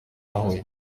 huye